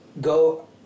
go